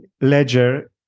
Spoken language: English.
ledger